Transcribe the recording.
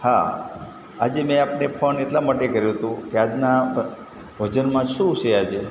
હા આજે મેં આપને ફોન એટલાં માટે કર્યો હતો કે આજનાં ભોજનમાં શું છે આજે